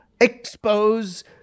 expose